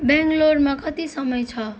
बेङ्गलोरमा कति समय छ